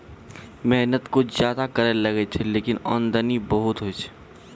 मेहनत कुछ ज्यादा करै ल लागै छै, लेकिन आमदनी बहुत होय छै